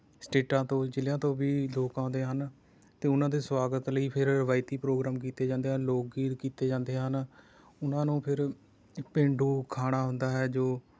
ਸਟੇਟਾਂ ਤੋਂ ਜ਼ਿਲ੍ਹਿਆਂ ਤੋਂ ਵੀ ਲੋਕ ਆਉਂਦੇ ਹਨ ਅਤੇ ਉਹਨਾਂ ਦੇ ਸਵਾਗਤ ਲਈ ਫਿਰ ਰਵਾਇਤੀ ਪ੍ਰੋਗਰਾਮ ਕੀਤੇ ਜਾਂਦੇ ਹਨ ਲੋਕ ਗੀਤ ਕੀਤੇ ਜਾਂਦੇ ਹਨ ਉਹਨਾਂ ਨੂੰ ਫਿਰ ਪੇਂਡੂ ਖਾਣਾ ਹੁੰਦਾ ਹੈ ਜੋ